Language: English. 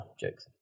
jokes